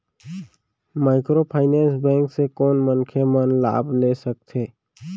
Microfinance bank से कोन मनखे मन लाभ ले सकथे?